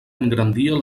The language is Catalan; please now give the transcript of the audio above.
engrandia